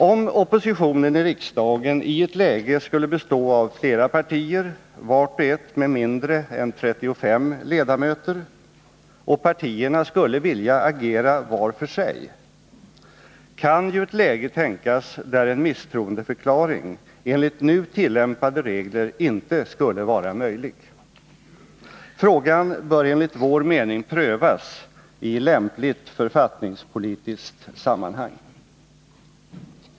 Om oppositionen i riksdagen i ett läge skulle bestå av flera partier, vart och ett med mindre än 35 ledamöter, och partierna skulle vilja agera var för sig, kan ju ett läge tänkas där en misstroendeförklaring enligt nu tillämpade regler inte skulle vara möjlig. Frågan bör enligt vår mening prövas i lämpligt författningspolitiskt sammanhang.